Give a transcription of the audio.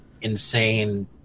insane